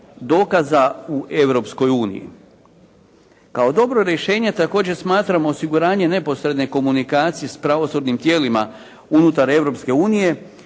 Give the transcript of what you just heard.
uniji. Kao dobro rješenje također smatramo osiguranje neposredne komunikacije s pravosudnim tijelima unutar